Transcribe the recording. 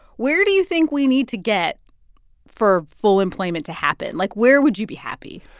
where do you think we need to get for full employment to happen? like, where would you be happy?